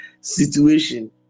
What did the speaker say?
situation